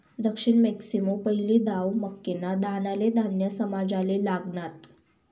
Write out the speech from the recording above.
दक्षिण मेक्सिकोमा पहिली दाव मक्कीना दानाले धान्य समजाले लागनात